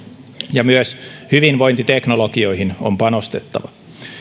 ja myös hyvinvointiteknologioihin on panostettava